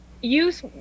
use